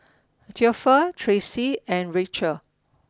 Theophile Tracey and Rachelle